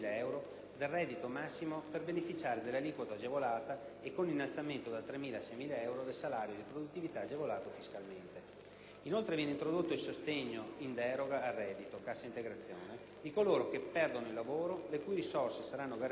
del reddito massimo per beneficiare dell'aliquota agevolata e con innalzamento da 3.000 a 6.000 euro del salario di produttività agevolato fiscalmente. Inoltre, viene introdotto il sostegno in deroga al reddito di coloro che perdono il lavoro (cassa integrazione), le cui risorse saranno garantite